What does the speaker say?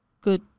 good